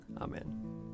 Amen